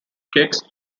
kicks